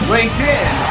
LinkedIn